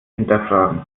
hinterfragen